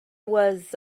was